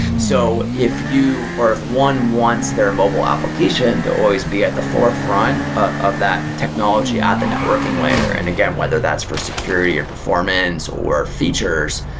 so, if you or if one wants their mobile application, they're always be at the forefront of that technology at the networking layer. and again, whether that's for security or performance, or features,